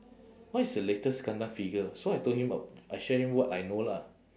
what is the latest gundam figure so I told him w~ I share him what I know lah